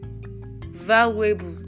valuable